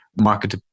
market